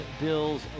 bills